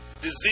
disease